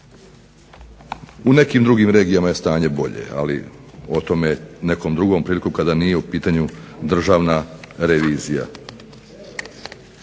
U nekim drugim regijama je stanje bolje, ali o tome nekom drugom prilikom kada nije u pitanju Državna revizija.